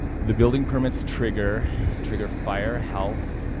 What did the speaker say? the building permits trigger trigger fire, health,